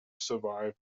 survived